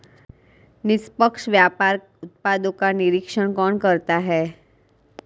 निष्पक्ष व्यापार उत्पादकों का निरीक्षण कौन करता है?